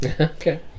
okay